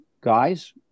guys